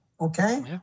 okay